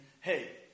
hey